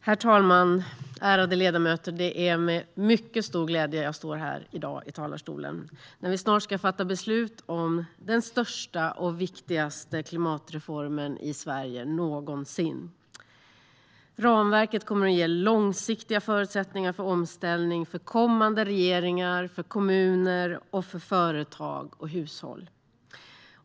Herr talman! Ärade ledamöter! Det är med mycket stor glädje jag står här i dag i talarstolen när vi snart ska fatta beslut om den största och viktigaste klimatreformen i Sverige någonsin. Ramverket kommer att ge långsiktiga förutsättningar för omställning för kommande regeringar, för kommuner och för företag och hushåll.